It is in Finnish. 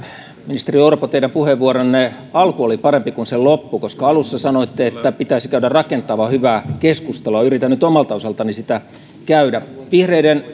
ministeri orpo teidän puheenvuoronne alku oli parempi kuin sen loppu koska alussa sanoitte että pitäisi käydä rakentavaa hyvää keskustelua yritän nyt omalta osaltani sitä käydä vihreiden